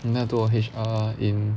then 他做 H_R in